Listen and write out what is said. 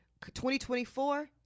2024